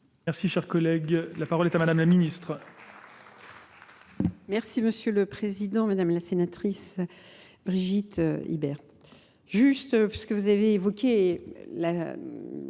Merci cher collègue, la parole est à Madame la Ministre